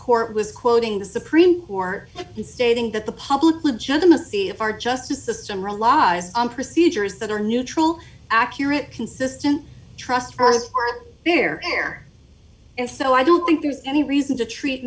court was quoting the supreme court stating that the public legitimacy of our justice system relies on procedures that are neutral accurate consistent trust their care and so i don't think there's any reason to treat